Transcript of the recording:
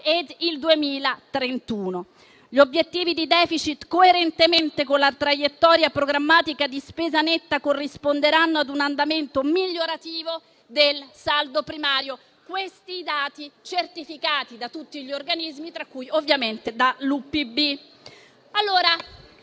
e il 2031. Gli obiettivi di *deficit*, coerentemente con la traiettoria programmatica di spesa netta, corrisponderanno a un andamento migliorativo del saldo primario. Questi dati sono certificati da tutti gli organismi, tra cui l'UPB.